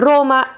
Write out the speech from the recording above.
Roma